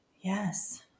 yes